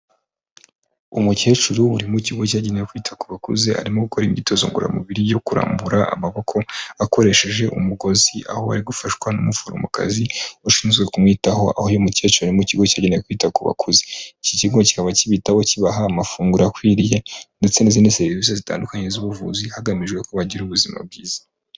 Umukecuru uri mu kigo cyagenewe kwita ku bakuze arimo gukora imyitozo ngororamubiri yo kurambura amaboko akoresheje umugozi aho ari gufashwa n'umuforomokazi ushinzwe kumwitaho aho uyu mukecuru ari mu ikigo cyagenewe kwita ku bakuze iki kigo kikaba kibitaho kibaha amafunguro akwiriye ndetse n'izindi serivisi zitandukanye z'ubuvuzi hagamijwe ko bagira ubuzima bwiza.